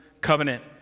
covenant